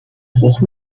bruch